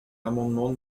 l’amendement